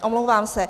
Omlouvám se.